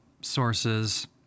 sources